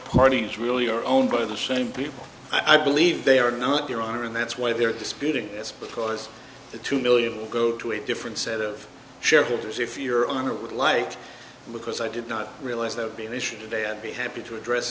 parties really are owned by the same people i believe they are not your honor and that's why they're disputing this because the two million go to a different set of shareholders if your honor would like because i did not realize that being issued today i'd be happy to address